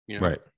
right